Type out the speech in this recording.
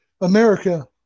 America